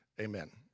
Amen